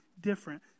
different